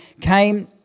came